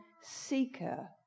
seeker